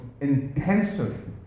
intensive